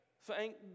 Thank